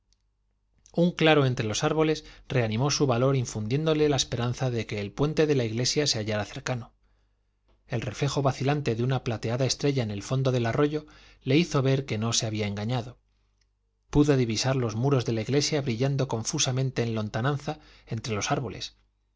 un claro entre los árboles reanimó su valor infundiéndole la esperanza de que el puente de la iglesia se hallara cercano el reflejo vacilante de una plateada estrella en el fondo del arroyo le hizo ver que no se había engañado pudo divisar los muros de la iglesia brillando confusamente en lontananza entre los árboles